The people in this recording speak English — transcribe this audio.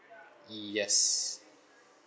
yes